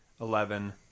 eleven